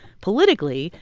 politically,